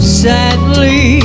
sadly